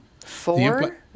Four